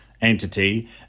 entity